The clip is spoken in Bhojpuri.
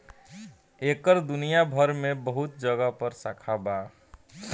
एकर दुनिया भर मे बहुत जगह पर शाखा बा